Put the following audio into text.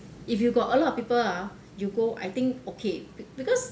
if you got a lot of people ah you go I think okay be~ because like